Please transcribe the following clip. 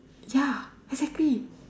ya exactly